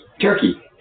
turkey